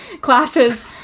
classes